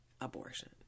abortion